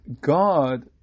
God